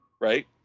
Right